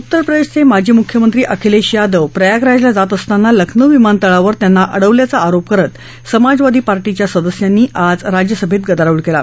उत्तरप्रदेशाचे माजी मुख्यमंत्री अखिलेश यादव प्रयागराजला जात असताना लखनौ विमानतळावर त्यांना अडवल्याचा आरोप करत समाजवादी पार्टीच्या सदस्यांनी आज राज्यसभेत गदारोळ केला